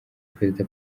perezida